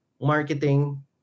marketing